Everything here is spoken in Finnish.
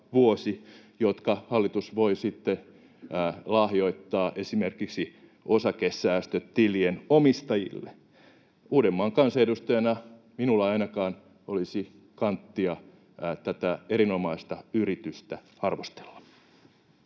jotka hallitus voi sitten lahjoittaa esimerkiksi osakesäästötilien omistajille. Uudenmaan kansanedustajana minulla ei ainakaan olisi kanttia tätä erinomaista yritystä arvostella.